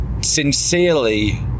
sincerely